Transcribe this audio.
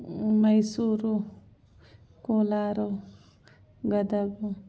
Mysuru Kolar Gadag